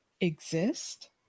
exist